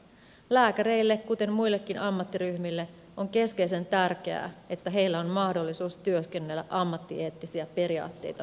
lääkäreille kuten muillekin ammattiryhmille on keskeisen tärkeää että heillä on mahdollisuus työskennellä ammattieettisiä periaatteita noudattaen